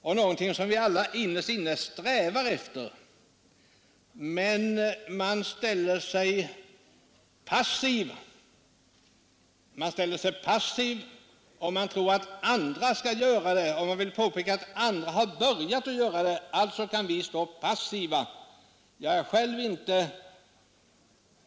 Det är någonting som vi alla innerst inne strävar efter, men man ställer sig passiv och tror att andra skall förändra förhållandena. Man vill peka på att andra har börjat vidta åtgärder och menar att vi därför kan stå passiva.